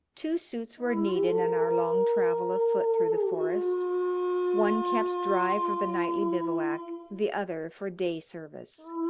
two suits were needed in our long travel afoot through the forest one kept dry for the nightly bivouac, the other for day service.